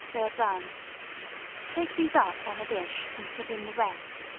they are done take these up on a dish and put in the rest,